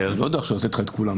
יודע לתת את כולם.